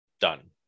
done